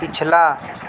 پچھلا